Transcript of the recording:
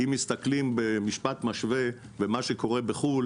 אם מסתכלים במשפט משווה במה שקורה בחו"ל